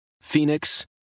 Phoenix